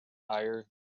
higher